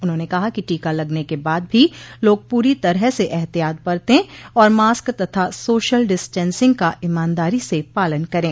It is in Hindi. उन्होंने कहा कि टीका लगने के बाद भी लोग पूरी तरह से ऐहतियात बरते और मास्क तथा सोशल डिस्टेंसिंग का ईमानदारी से पालन करे